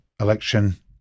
election